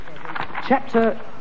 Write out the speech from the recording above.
Chapter